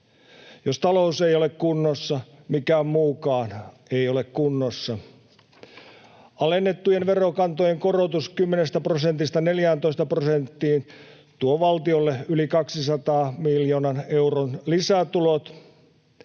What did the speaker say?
Jos talous ei ole kunnossa, mikään muukaan ei ole kunnossa. Alennettujen verokantojen korotus 10 prosentista 14 prosenttiin tuo valtiolle yli 200 miljoonan euron lisätulot.